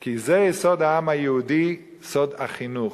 כי זה יסוד העם היהודי, סוד החינוך.